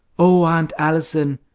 oh, aunt allison!